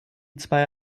zwei